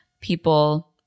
people